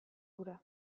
hura